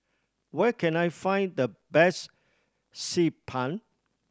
where can I find the best Xi Ban